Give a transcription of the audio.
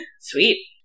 Sweet